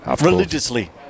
Religiously